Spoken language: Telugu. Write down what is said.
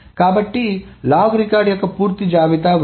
కాబట్టి లాగ్ రికార్డ్ యొక్క పూర్తి జాబితా ఉంది